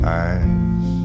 eyes